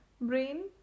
brain